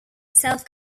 self